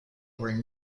were